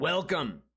Welcome